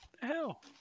Hell